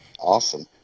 Awesome